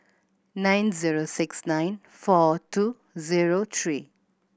nine zero six nine four two zero three